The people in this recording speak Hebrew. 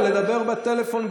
ולדבר בטלפון,